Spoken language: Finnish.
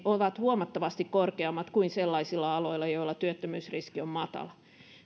ovat huomattavasti korkeammat kuin sellaisilla aloilla joilla työttömyysriski on matala